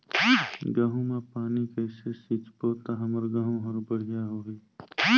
गहूं म पानी कइसे सिंचबो ता हमर गहूं हर बढ़िया होही?